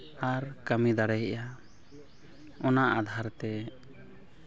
ᱟᱨ ᱠᱟᱹᱢᱤ ᱫᱟᱲᱮᱭᱟᱦᱼᱟ ᱚᱱᱟ ᱟᱫᱷᱟᱨ ᱛᱮ